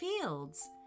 fields